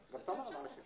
כל עשר השנים